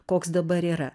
koks dabar yra